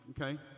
okay